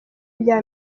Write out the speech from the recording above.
bya